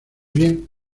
bien